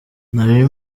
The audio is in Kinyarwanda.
nari